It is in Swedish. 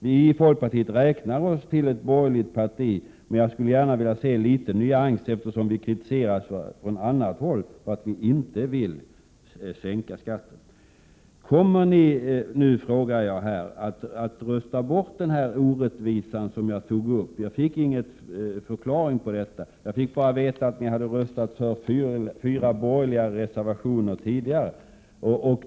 Vi i folkpartiet räknar oss som ett borgerligt parti, och jag skulle vilja se litet nyanser i uttryckssättet eftersom vi ifrån annat håll kritiseras för att inte vilja sänka skatten. Kommer ni nu att rösta bort den orättvisa jag tog upp? Jag fick ingen förklaring. Jag fick bara veta att ni hade röstat för fyra borgerliga reservationer tidigare.